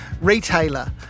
retailer